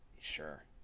Sure